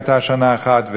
הייתה שנה אחת,